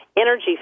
energy